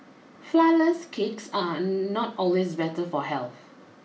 flourless cakes are not always better for health